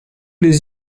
les